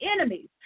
enemies